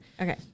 Okay